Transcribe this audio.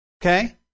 Okay